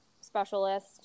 specialist